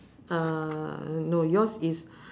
uh no yours is